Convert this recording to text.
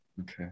okay